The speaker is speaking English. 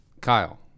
Kyle